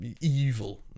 evil